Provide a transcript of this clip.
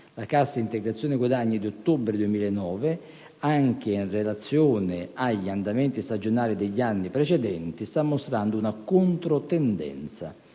la cassa integrazione guadagni di ottobre 2009, anche in relazione agli andamenti stagionali degli anni precedenti, sta mostrando una controtendenza.